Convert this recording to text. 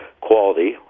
quality